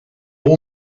all